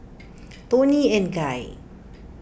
Toni and Guy